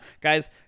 guys